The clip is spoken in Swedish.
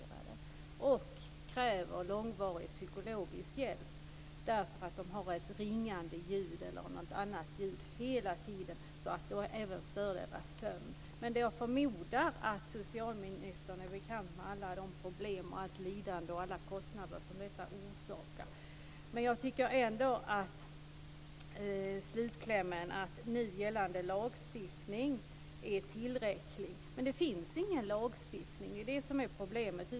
De kan kräva långvarig psykologisk hjälp därför att de hör ett ringande eller annat ljud hela tiden, vilket även stör deras sömn. Jag förmodar att socialministern är bekant med alla de problem, allt lidande och alla kostnader som detta orsakar. Men jag tycker ändå att slutklämmen om att nu gällande lagstiftning är tillräcklig är förvånande. Det finns ju ingen lagstiftning! Det är det som är problemet.